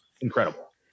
incredible